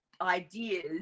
Ideas